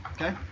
Okay